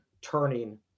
turning